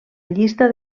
llista